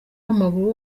w’amaguru